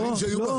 לא.